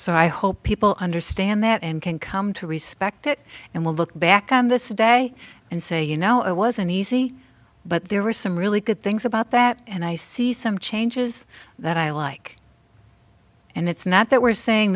so i hope people understand that and can come to respect it and will look back on this day and say you know it wasn't easy but there were some really good things about that and i see some changes that i like and it's not that we're saying